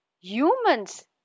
Humans